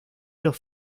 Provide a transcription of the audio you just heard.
los